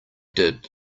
did